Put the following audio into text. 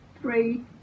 three